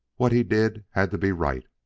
what he did had to be right,